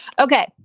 Okay